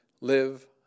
live